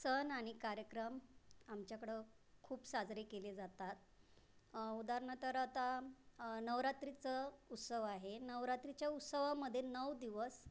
सण आणि कार्यक्रम आमच्याकडं खूप साजरे केले जातात ऊदार्न तर आत्ता नवरात्रीचं उत्सव आहे नवरात्रीच्या उत्सवामध्ये नऊ दिवस